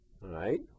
right